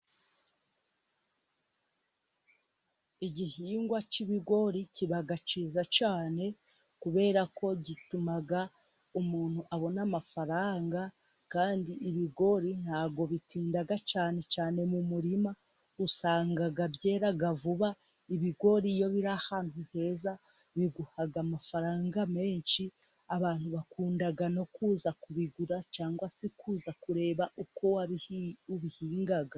Igihingwa cy'ibigori kiba kiza cyane, kubera ko gituma umuntu abona amafaranga. Kandi ibigori ntabwo bitinda cyane mu murima. usangaga byera vuba. Ibigori iyo biri ahantu heza, biguha amafaranga menshi. Abantu bakunda no kuza kubigura cyangwa se kuza kureba uko ubihinga.